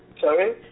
Sorry